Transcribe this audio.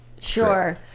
Sure